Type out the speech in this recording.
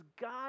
God